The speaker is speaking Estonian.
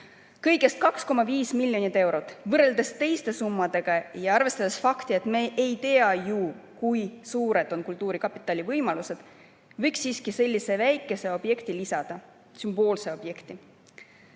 Kõigest 2,5 miljonit eurot! Võrreldes teiste summadega on seda vähe ja arvestades fakti, et me ei tea ju, kui suured on kultuurkapitali võimalused, võiks siiski sellise väikese sümboolse objekti